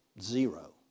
Zero